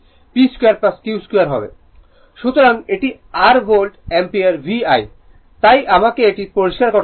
সুতরাং এটি r volt ampere VI তাই আমাকে এটি পরিষ্কার করতে দিন